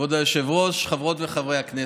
כבוד היושב-ראש, חברות וחברי הכנסת,